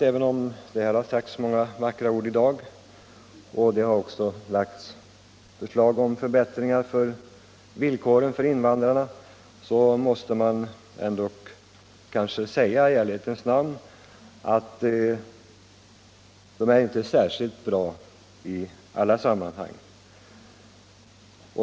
Även om det har sagts många vackra ord i dag och lagts fram förslag om förbättring av villkoren för invandrarna måste man i ärlighetens namn konstatera att deras villkor inte är särskilt bra i alla sammanhang.